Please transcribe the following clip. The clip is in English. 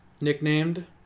Nicknamed